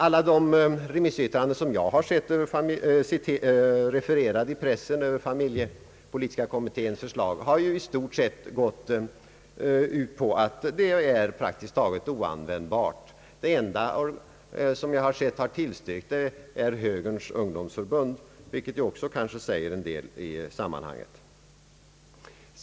Alla de remissyttranden över familjepolitiska kommitténs förslag som jag har sett refererade i pressen har i stort sett gått ut på att förslaget är praktiskt taget oanvändbart. Den enda instans som jag sett har tillstyrkt förslaget är Högerns ungdomsförbund, och det säger väl en del i sammanhanget.